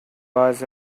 was